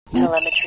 Telemetry